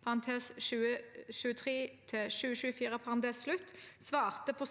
for 2023–2024 svarte på